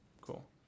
Cool